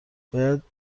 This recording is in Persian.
باید